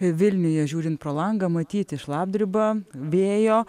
vilniuje žiūrint pro langą matyti šlapdriba vėjo